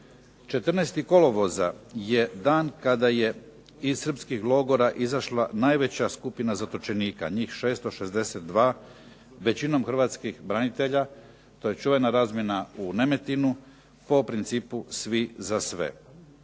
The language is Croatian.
14. kolovoza je dan kada je iz Srpskih logora izašla najveća skupina zatočenika njih 662 većinom Hrvatskih branitelja, to je čuvena razmjena u Nemetivnu po principu svi za sve.